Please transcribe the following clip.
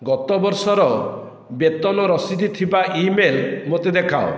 ଗତ ବର୍ଷର ବେତନ ରସିଦ ଥିବା ଇମେଲ ମୋତେ ଦେଖାଅ